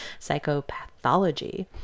Psychopathology